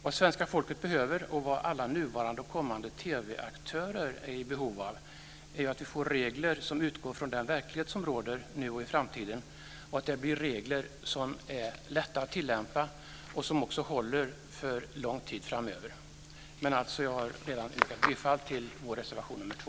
Vad svenska folket behöver och vad alla nuvarande och kommande TV aktörer är i behov av är att vi får regler som utgår från den verklighet som råder, nu och i framtiden. Det ska vara regler som blir lätta att tillämpa och som håller för lång tid framöver. Jag har redan yrkat bifall till vår reservation nr 2.